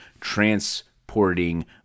transporting